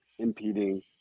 Impeding